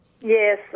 Yes